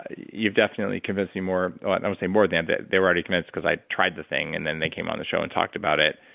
you've definitely convinced me more. i won't say more than than they were already committed because i tried the thing and then they came on the show and talked about it.